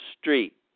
Street